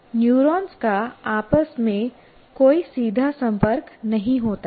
neurons का आपस में कोई सीधा संपर्क नहीं होता है